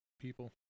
people